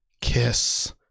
Kiss